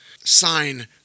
sign